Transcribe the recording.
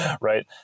right